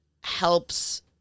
helps